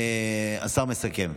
השר מסכם.